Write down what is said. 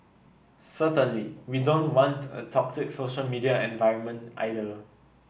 certainly we don't want a toxic social media environment either